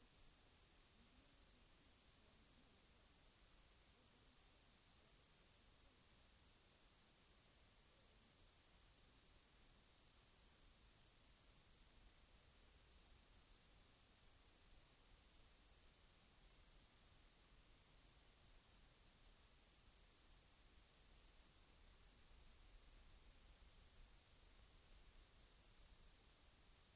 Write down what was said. Finns det inget radikalt medel för en socialminister att skynda på kommunerna när det gäller att ta den kontakt med fosterföräldrarna som behövs?